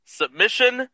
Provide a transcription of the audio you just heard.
submission